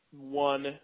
one